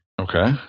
okay